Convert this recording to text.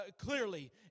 clearly